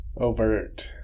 Overt